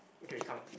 okay come